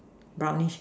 brownish